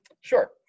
Sure